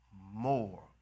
more